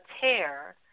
tear